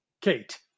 Kate